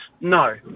no